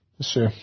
Sure